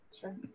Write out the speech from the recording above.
Sure